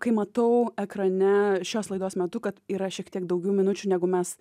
kai matau ekrane šios laidos metu kad yra šiek tiek daugiau minučių negu mes